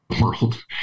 world